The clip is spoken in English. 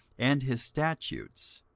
and his statutes,